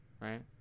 right